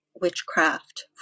witchcraft